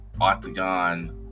octagon